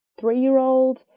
three-year-old